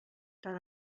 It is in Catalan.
tant